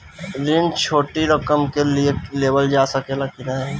ऋण छोटी रकम के लिए लेवल जा सकेला की नाहीं?